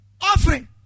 offering